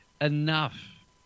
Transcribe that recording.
enough